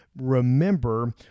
remember